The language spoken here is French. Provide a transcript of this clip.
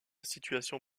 situation